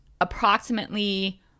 approximately